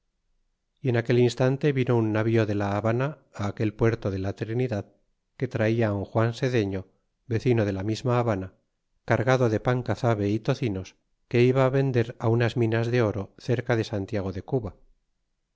en aquel instante vino un navío de la habana aquel puerto de la trinidad que traia un juan sedelio vecino de la misma habana cargado de pan cazabe y tocinos que iba vender unas minas de oro cerca de santiago de cuba